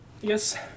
Yes